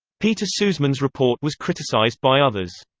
peter susman's report was criticized by others.